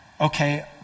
okay